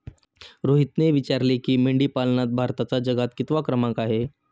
रोहितने विचारले की, मेंढीपालनात भारताचा जगात कितवा क्रमांक आहे?